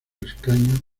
escaño